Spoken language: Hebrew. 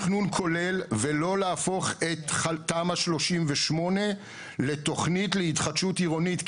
כולל ולא להפוך את תמ"א 38 לתכנית להתחדשות עירונית.